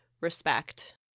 respect